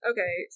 Okay